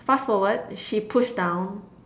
fast forward she push down